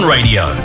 Radio